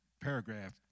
paragraph